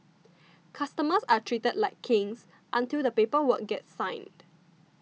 customers are treated like kings until the paper work gets signed